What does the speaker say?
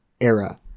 era